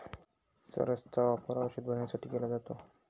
चरस चा वापर औषध बनवण्यासाठी केला जातो